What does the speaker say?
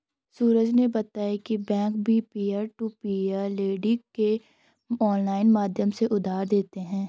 सूरज ने बताया की बैंक भी पियर टू पियर लेडिंग के ऑनलाइन माध्यम से उधार देते हैं